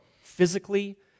physically